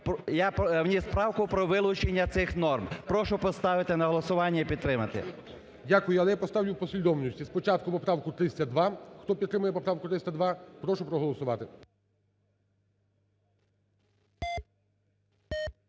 Я вніс правку про вилучення цих норм. Прошу поставити на голосування і підтримати. ГОЛОВУЮЧИЙ. Дякую. Але я поставлю в послідовності, спочатку поправку 302. Хто підтримує поправку 302, прошу проголосувати.